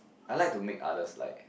I like to make others like